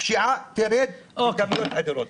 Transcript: הפשיעה תרד בכמויות אדירות.